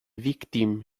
victim